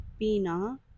Pina